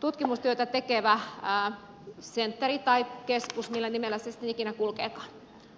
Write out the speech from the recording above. tutkimustyötä tekevä center tai keskus millä nimellä se sitten ikinä guldenia eli